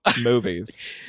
movies